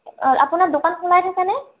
আপোনাৰ দোকান খোলাই থাকে নে